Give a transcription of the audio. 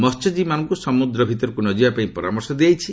ମହ୍ୟଜୀବୀମାନଙ୍କୁ ସମୁଦ୍ର ଭିତରକୁ ନଯିବାକୁ ପରାମର୍ଶ ଦିଆଯାଇଛି